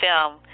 film